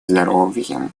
здоровьем